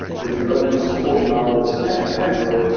if you're only supporting ios and and android,